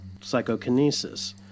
psychokinesis